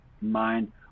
mind